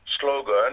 slogan